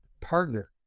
partner